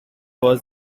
was